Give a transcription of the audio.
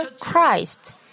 Christ